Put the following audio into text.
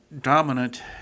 dominant